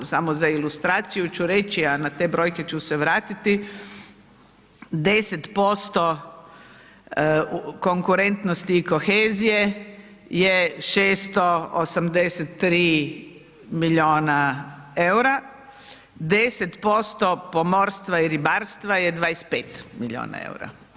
Samo za ilustraciju ću reći a na te brojke ću se vratiti 10% konkurentnosti i kohezije je 683 milijuna eura, 10% pomorstva i ribarstva je 25 milijuna eura.